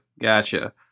Gotcha